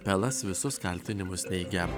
pelas visus kaltinimus neigia